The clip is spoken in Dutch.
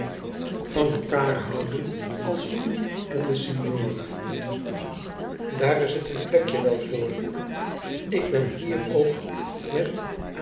van elkaar houden als u en de signorc daar is het een net pickje wei voor ik ben hier ook met